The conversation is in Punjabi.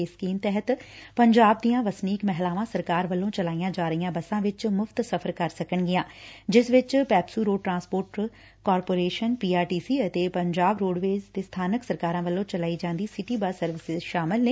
ਇਸ ਸਕੀਮ ਤਹਿਤ ਪੰਜਾਬ ਦੀਆਂ ਵਸਨੀਕ ਮਹਿਲਾਵਾ ਸਰਕਾਰ ਵੱਲੋ ਚਲਾਈਆਂ ਜਾ ਰਹੀਆਂ ਬੱਸਾ ਵਿਚ ਮੁਫ਼ਤ ਸਫ਼ਰ ਕਰ ਸਕਣਗੀਆਂ ਜਿਸ ਵਿਚ PEPSU road transport corporation P R T C ਅਤੇ ਪੰਜਾਬ ਰੋਡਵੇਜ਼ ਅਤੇ ਸਬਾਨਕ ਸਰਕਾਰਾਂ ਵੱਲੋਂ ਚਲਾਈ ਜਾਦੀ ਸਿਟੀ ਬੂੱਸ ਸਰਵਿਸ ਸ਼ਾਮਲ ਨੇ